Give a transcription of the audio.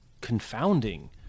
Confounding